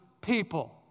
people